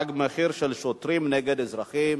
מסמכותו,